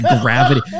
gravity